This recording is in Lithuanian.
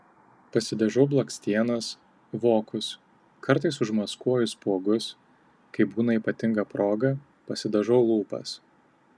pasidažau blakstienas vokus kartais užmaskuoju spuogus kai būna ypatinga proga pasidažau lūpas